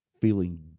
feeling